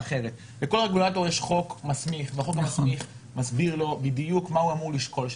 לכל רגולטור יש חוק מסמיך שמסביר לו בדיוק מה הוא אמור לשקול שם.